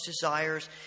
desires